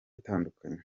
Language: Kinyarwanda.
itandukanye